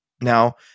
now